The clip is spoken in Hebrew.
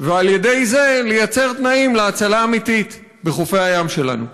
ועל-ידי זה לייצר תנאים להצלה אמיתית בחופי הים שלנו.